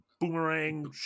boomerang